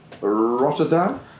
Rotterdam